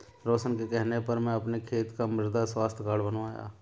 रोशन के कहने पर मैं अपने खेत का मृदा स्वास्थ्य कार्ड बनवाया